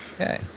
Okay